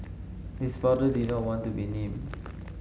his father did not want to be named